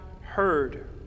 heard